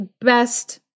best